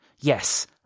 Yes